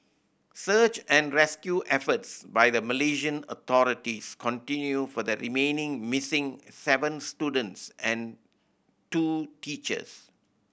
search and rescue efforts by the Malaysian authorities continue for the remaining missing seven students and two teachers